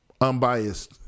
unbiased